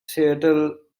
seattle